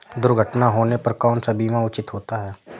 दुर्घटना होने पर कौन सा बीमा उचित होता है?